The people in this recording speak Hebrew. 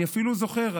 אני אפילו זוכר,